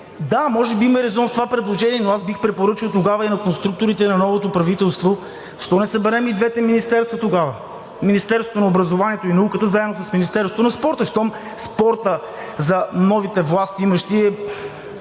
да, може би има резон в това предложение, но тогава бих препоръчал на конструкторите и на новото правителство защо да не съберем и двете министерства тогава – Министерството на образованието и науката заедно с Министерството на спорта, щом спортът за новите властимащи е